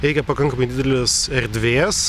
reikia pakankamai didelės erdvės